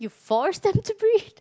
force them to breathe